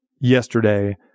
yesterday